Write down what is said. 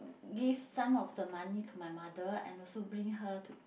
give some of the money to my mother and also bring her to